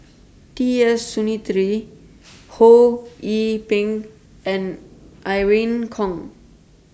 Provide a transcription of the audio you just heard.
T S Sinnathuray Ho Yee Ping and Irene Khong